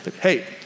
Hey